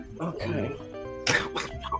okay